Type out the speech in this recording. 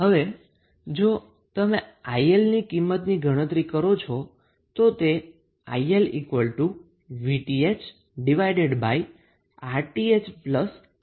હવે જો તમે 𝐼𝐿 ની કિંમતની ગણતરી કરો છો તે IL VThRThRL હોવી જોઈએ